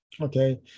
okay